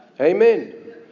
Amen